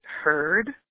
heard